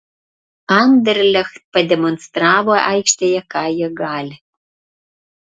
anderlecht pademonstravo aikštėje ką jie gali